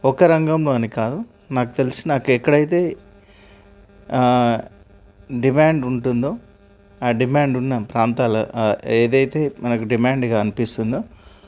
ఒక రంగంలో అని కాదు నాకు తెలిసి నాకు ఎక్కడైతే డిమాండ్ ఉంటుందో ఆ డిమాండ్ ఉన్న ప్రాంతాల ఏదైతే మనకు డిమాండ్గా అనిపిస్తుందో